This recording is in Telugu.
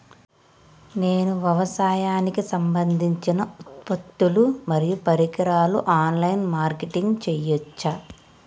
నేను వ్యవసాయానికి సంబంధించిన ఉత్పత్తులు మరియు పరికరాలు ఆన్ లైన్ మార్కెటింగ్ చేయచ్చా?